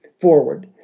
forward